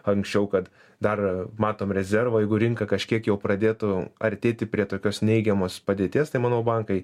anksčiau kad dar matom rezervą jeigu rinka kažkiek jau pradėtų artėti prie tokios neigiamos padėties tai manau bankai